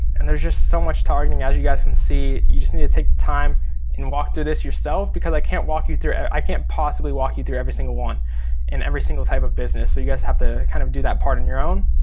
and there's just so much targeting as you guys can and see. you just need to take time and walk through this yourself, because i can't walk you through it, i can't possibly walk you through every single one and every single type of business. so you guys have to kind of do that part on your own.